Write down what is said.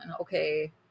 Okay